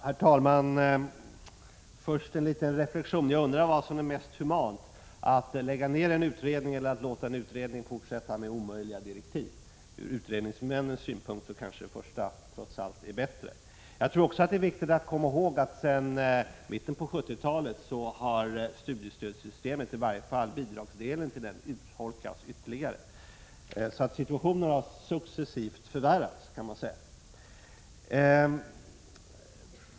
Herr talman! Först en liten reflexion. Jag undrar vad som är mest humant, att lägga ned en utredning eller att låta en utredning fortsätta trots omöjliga direktiv. Ur utredningsmännens synpunkt är kanske det första alternativet trots allt bättre. Det är viktigt att komma ihåg att studiestödssystemet sedan mitten av 1970-talet har, i varje fall när det gäller bidragsdelen, urholkats ytterligare. Man kan säga att situationen successivt har förvärrats.